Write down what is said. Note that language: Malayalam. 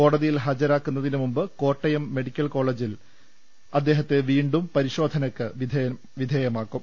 കോടതിയിൽ ഹാജരാക്കുന്നതിന് മുമ്പ് കോട്ടയം മെഡിക്കൽ കോളേജിൽ അദ്ദേഹത്തെ വീണ്ടും വൈദ്യ്പരിശോധനയക്ക് വിധേയമാക്കും